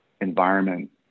environment